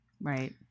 right